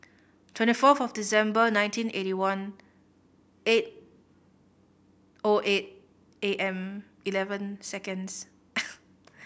twenty fourth of December nineteen eighty one eight O eight A M eleven seconds